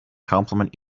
compliment